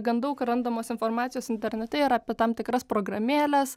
gan daug randamos informacijos internete ir apie tam tikras programėles